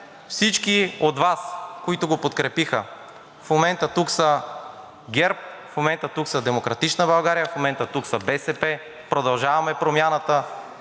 всички от Вас, които го подкрепиха, в момента тук са ГЕРБ, в момента тук са „Демократична България“, в момента тук са БСП, „Продължаваме Промяната“,